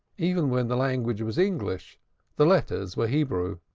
even when the language was english the letters were hebrew.